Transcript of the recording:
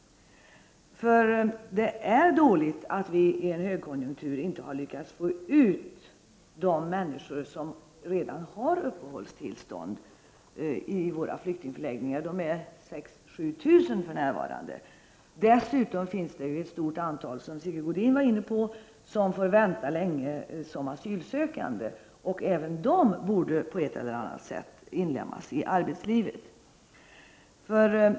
Det är dåligt att vi i en högkonjunktur inte har lyckats få ut de människor som redan har uppehållstillstånd i våra flyktingförläggningar, för närvarande 6 000-7 000. Dessutom är det — vilket Sigge Godin var inne på — ett stort antal som får vänta länge som asylsökande. Även de borde på ett eller annat sätt inlemmas i arbetslivet.